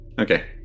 Okay